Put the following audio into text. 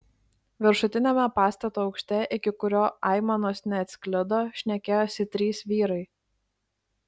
viršutiniame pastato aukšte iki kurio aimanos neatsklido šnekėjosi trys vyrai